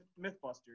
Mythbusters